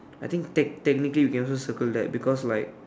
I think tech technically we can also circle that because like